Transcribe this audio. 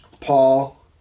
Paul